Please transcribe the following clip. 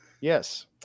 Yes